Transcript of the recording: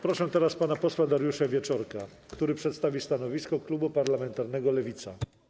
Proszę teraz pana posła Dariusza Wieczorka, który przedstawi stanowisko Koalicyjnego Klubu Parlamentarnego Lewicy.